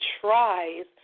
tries